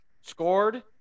scored